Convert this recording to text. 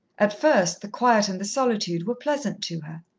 at first the quiet and the solitude were pleasant to her.